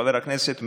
חבר הכנסת מרגי,